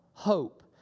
hope